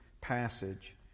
passage